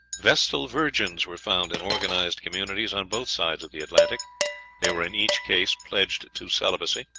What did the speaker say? vestal virgins were found in organized communities on both sides of the atlantic they were in each case pledged to celibacy,